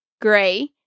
gray